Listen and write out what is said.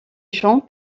champ